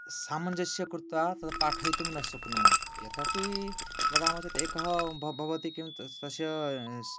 सामञ्जिकस्य कृते तत्पाठयितुं न शक्नुमः यदपि एकः भ भवति किं तस् तस्य